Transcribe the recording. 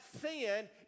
sin